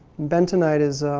bentonite is,